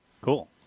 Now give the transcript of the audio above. Cool